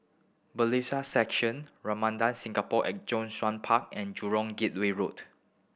Bailiffs' Section Ramada Singapore at Zhongshan Park and Jurong Gateway Road